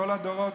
בכל הדורות,